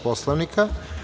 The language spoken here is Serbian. Poslovnika?